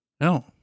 No